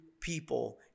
people